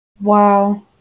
Wow